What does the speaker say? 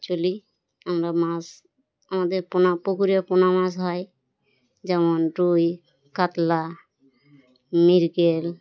চলি আমরা মাছ আমাদের পোনা পুকুরিয়া পোনা মাছ হয় যেমন রুই কাতলা মিরগেল